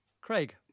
Craig